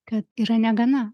kad yra negana